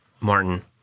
Martin